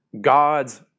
God's